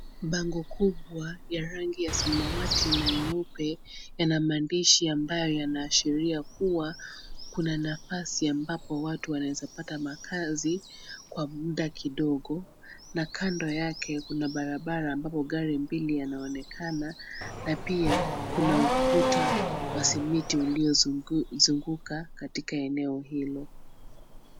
Bango kubwa ya rangi ya samawati na nyeupe yana maandishi ambayo yanaashiria kuwa kuna nafasi ambapo watu wanaeza pata makazi kwa muda kidogo na kando yake kuna barabara ambapo gari mbili yanaonekana, na pia kuna ukuta wa simiti uliozinguka katika eneo hilo.